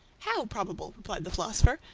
how, probable? replied the philosopher.